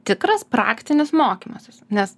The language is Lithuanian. tikras praktinis mokymasis nes